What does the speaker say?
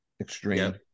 Extreme